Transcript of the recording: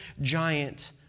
giant